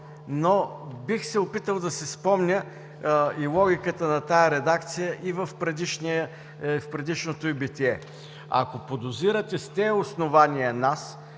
но бих се опитал да си спомня логиката на тази редакция и в предишното й битие. Ако подозирате нас с тези основания,